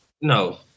No